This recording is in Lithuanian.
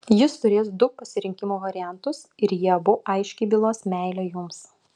jis turės du pasirinkimo variantus ir jie abu aiškiai bylos meilę jums